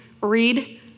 read